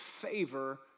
favor